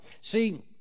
See